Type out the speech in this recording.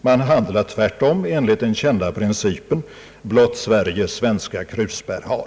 Man handlar tvärtom enligt den kända principen »Blott Sverige svenska krusbär har».